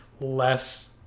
less